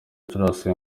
gicurasi